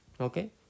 okay